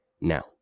Now